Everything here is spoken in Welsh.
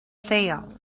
lleol